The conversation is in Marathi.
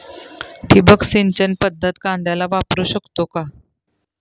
ठिबक सिंचन पद्धत कांद्याला वापरू शकते का?